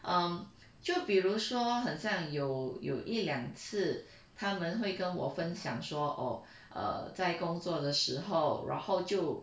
um 就比如说很像有有一两次他们会跟我分享说 oh err 在工作的时候然后就